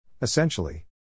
Essentially